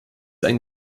ein